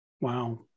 Wow